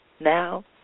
Now